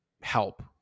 help